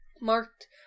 marked